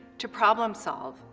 to problem solve,